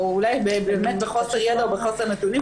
אולי באמת בחוסר ידע או בחוסר נתונים,